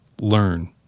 Learn